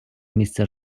місця